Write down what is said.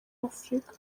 afurika